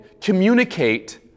communicate